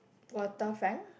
waterfront